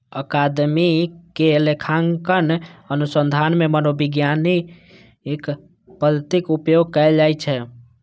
अकादमिक लेखांकन अनुसंधान मे वैज्ञानिक पद्धतिक उपयोग कैल जाइ छै